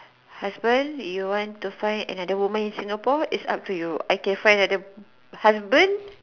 husband you want to find another woman in Singapore is up to you I can find another husband